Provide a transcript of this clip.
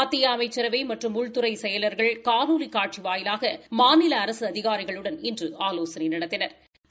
மத்திய அமைச்சரவை மற்றும் உள்துறை செயலர்கள் காணொலி காட்சி வாயிலாக மாநில அரசு அதிகாரிகளுடன் இன்று ஆலோசனை நடத்தினா்